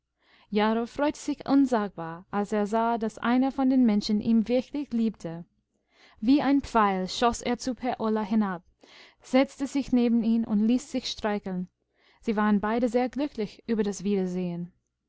jarro freute sich unsagbar als er sah daß einer von den menschen ihm wirklich liebte wie ein pfeil schoß er zu per ola hinab setzte sich neben ihn und ließ sich streicheln siewarenbeidesehrglücklichüberdaswiedersehen aber